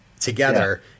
together